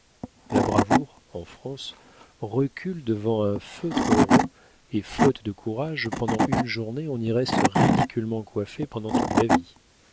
la bravoure en france recule devant un feutre rond et faute de courage pendant une journée on y reste ridiculement coiffé pendant toute la vie